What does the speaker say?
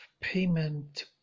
payment